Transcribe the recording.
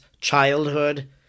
childhood